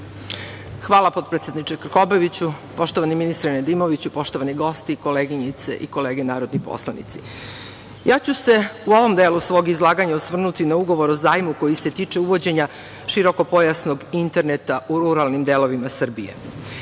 Hvala potpredsedniče Krkobabiću. Poštovani ministre Nedimoviću, poštovani gosti, koleginice i kolege narodni poslanici, ja ću se u ovom delu svog izlaganja osvrnuti na ugovor o zajmu koji se tiče uvođenja širokopojasnog interneta u ruralnim delovima